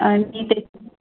आणि